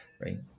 right